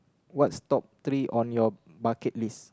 what's top three on your bucket list